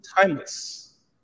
timeless